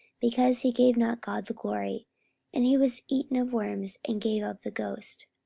because he gave not god the glory and he was eaten of worms, and gave up the ghost.